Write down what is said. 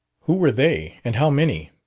who were they, and how many?